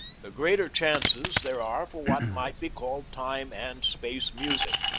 the greater chances there are for what might be called time-and-space music.